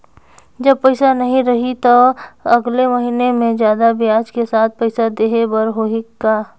जब पइसा नहीं रही तो अगले महीना मे जादा ब्याज के साथ पइसा देहे बर होहि का?